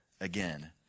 again